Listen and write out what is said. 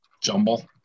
jumble